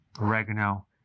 oregano